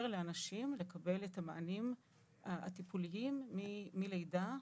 לאנשים לקבל את המענים הטיפוליים מלידה,